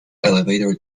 elevator